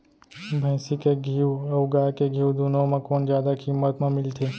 भैंसी के घीव अऊ गाय के घीव दूनो म कोन जादा किम्मत म मिलथे?